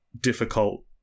difficult